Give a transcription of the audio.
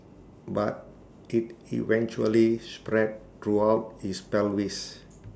but IT eventually spread throughout his pelvis